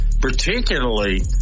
particularly